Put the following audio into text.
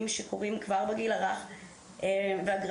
אלה עוד